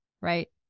Right